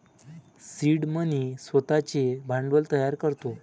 seed money स्वतःचे भांडवल तयार करतो